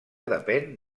depèn